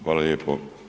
Hvala lijepo.